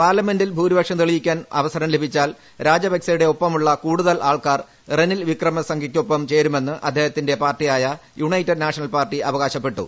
പാർലമെന്റിൽ ഭൂരിപക്ഷം തെളിയിക്കാൻ അവസരം ലഭിച്ചാൽ രാജപാകസെയുടെ ഒപ്പമുള്ള കൂടുതൽ ആൾക്കാർ റനിൽ വിക്രമസിംഗയ്ക്കൊപ്പം ചേരുമെന്ന് അദ്ദേഹത്തിന്റെ പാർട്ടിയായ യൂണൈറ്റഡ് നാഷണൽ പാർട്ടി ആപ്പിക്ട്ശപ്പെട്ടു